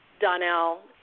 Donnell